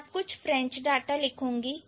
मैं अब कुछ फ्रेंच डाटा लिखूंगी